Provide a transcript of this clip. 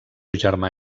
germà